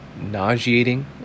nauseating